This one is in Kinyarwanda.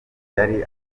yari